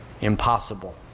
impossible